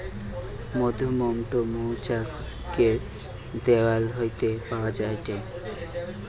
মধুমোম টো মৌচাক এর দেওয়াল হইতে পাওয়া যায়টে